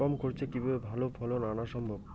কম খরচে কিভাবে ভালো ফলন আনা সম্ভব?